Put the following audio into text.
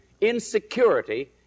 Insecurity